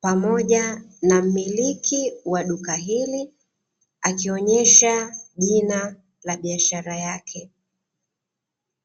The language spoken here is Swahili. pamoja na mmiliki wa duka hili akionyesha jina la biashara yake.